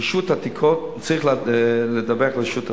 רשות העתיקות, צריך לדווח לרשות העתיקות.